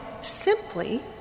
simply